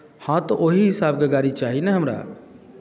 हँ तऽ ओही हिसाबके गाड़ी चाही ने हमरा